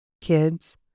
kids